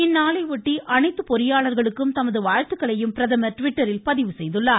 இந்நாளையொட்டி அனைத்துப் பொறியாளர்களுக்கும் தமது வாழ்த்துக்களையும் பிரதமர் ட்விட்டரில் பதிவு செய்துள்ளார்